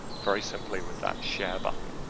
very simply with that share button.